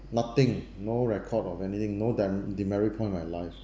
nothing no record of anything no damn demerit point in my life